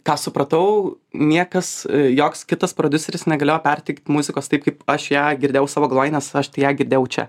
ką supratau niekas joks kitas prodiuseris negalėjo perteikt muzikos taip kaip aš ją girdėjau savo galvoj nes aš tai ją girdėjau čia